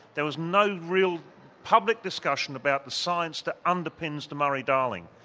there was no real public discussion about the science that underpins the murray darling.